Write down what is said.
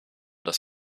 dass